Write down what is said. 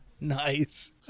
Nice